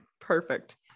Perfect